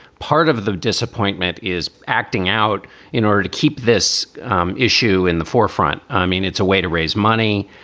part of the disappointment is acting out in order to keep this issue in the forefront. i mean, it's a way to raise money.